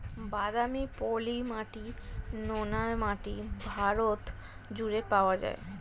বাদামি, পলি মাটি, নোনা মাটি ভারত জুড়ে পাওয়া যায়